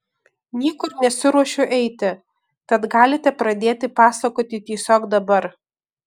niekur nesiruošiu eiti tad galite pradėti pasakoti tiesiog dabar